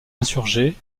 insurgés